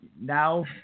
now